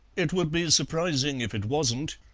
it would be surprising if it wasn't.